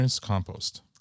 compost